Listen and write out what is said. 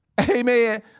Amen